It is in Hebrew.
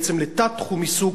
בעצם לתת-תחום עיסוק,